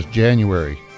January